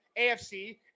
AFC